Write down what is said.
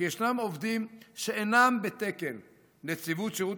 כי יש עובדים שאינם בתקן נציבות שירות